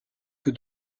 que